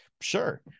Sure